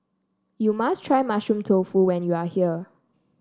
you must try Mushroom Tofu when you are here